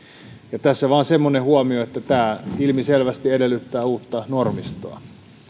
tässä vain semmoinen huomio että tämä ilmiselvästi edellyttää uutta normistoa